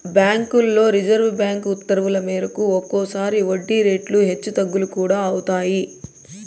బ్యాంకుల్లో reserve bank ఉత్తర్వుల మేరకు ఒక్కోసారి వడ్డీ రేట్లు హెచ్చు తగ్గులు కూడా అవుతాయి